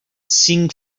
cinc